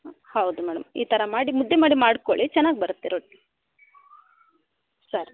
ಹೌದು ಮೇಡಂ ಈ ಥರ ಮಾಡಿ ಮುದ್ದೆ ಮಾಡಿ ಮಾಡಿಕೊಳ್ಳಿ ಚೆನ್ನಾಗಿ ಬರುತ್ತೆ ರೊಟ್ಟಿ ಸರಿ